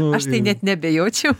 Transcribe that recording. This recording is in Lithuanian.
aš tai net neabejočiau